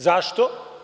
Zašto?